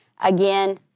Again